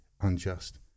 unjust